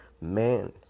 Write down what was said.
man